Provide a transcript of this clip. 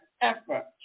effort